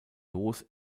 los